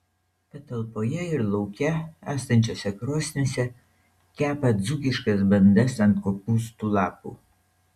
patalpoje ir lauke esančiose krosnyse kepa dzūkiškas bandas ant kopūstų lapų